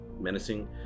menacing